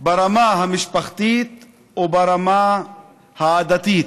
ברמה המשפחתית וברמה העדתית.